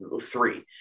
three